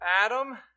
Adam